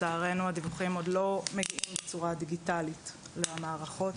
לצערנו הדיווחים עוד לא מגיעים בצורה דיגיטלית למערכות.